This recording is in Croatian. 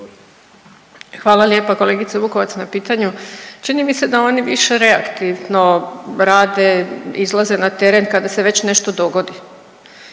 Hvala lijepa kolegice Vukovac na pitanju. Čini mi se da oni više reaktivno rade, izlaze na teren kada se već nešto dogodi.